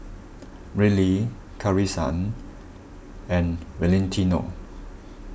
Rylee Carisa and Valentino